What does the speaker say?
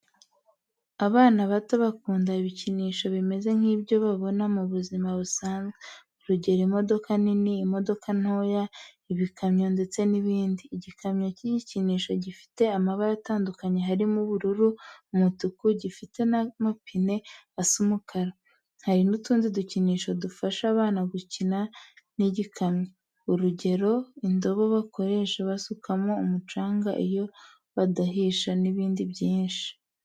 Abana bato bakunda ibikinisho bimeze nkibyo babona mubuzima busanzwe, urugero imodoka nini, imodoka ntoya, ibikamyo ndetse ni ibindi. Igikamyo cy'igikinisho gifite amabara atandukanye harimo ubururu, umutuku, gifite n'amapine asa umukara. Hari nutundi dukinisho dufasha abana gukina n'igikamyo, urugero indobo bakoresha basukamo umucanga, icyo badahisha, nibindi byinshi.